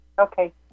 Okay